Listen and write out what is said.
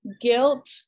Guilt